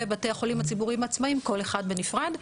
ובתי החולים הציבוריים העצמאיים כל אחד בנפרד.